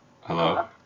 Hello